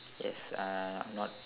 yes I not